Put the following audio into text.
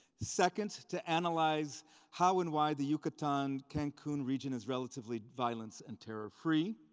second, to analyze how and why the yucatan, cancun region is relatively violence and terror-free.